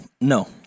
No